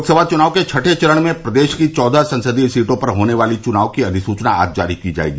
लोकसभा चुनाव के छठें चरण में प्रदेश की चौदह संसदीय सीटों पर होने वाले चुनाव की अधिसूचना आज जारी की जायेगी